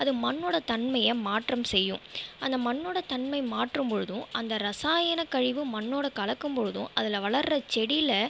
அது மண்ணோட தன்மையை மாற்றம் செய்யும் அந்த மண்ணோட தன்மை மாற்றும் பொழுதும் அந்த ரசாயன கழிவு மண்ணோடு கலக்கும்பொழுதும் அதில் வளர்கிற செடியில்